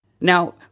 Now